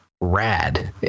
rad